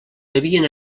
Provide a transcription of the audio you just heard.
devien